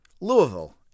Louisville